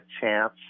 chance